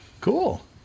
Cool